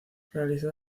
realizó